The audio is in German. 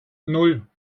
nan